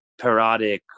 parodic